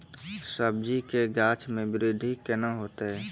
सब्जी के गाछ मे बृद्धि कैना होतै?